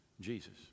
Jesus